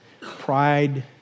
pride